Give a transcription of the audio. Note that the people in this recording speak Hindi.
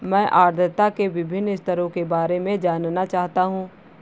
मैं आर्द्रता के विभिन्न स्तरों के बारे में जानना चाहता हूं